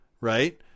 right